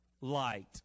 light